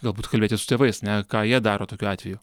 galbūt kalbėtis su tėvais ne ką jie daro tokiu atveju